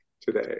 today